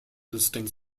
distinct